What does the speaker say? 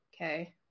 okay